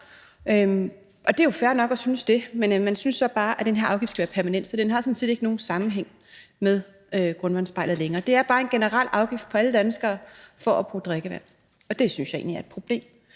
og det er jo fair nok at synes det; men man synes så bare, at den her afgift skal være permanent, så den sådan set ikke længere har nogen sammenhæng med grundvandsspejlet. Det er bare en generel afgift på alle danskere for at bruge drikkevand – og det synes jeg egentlig er et problem.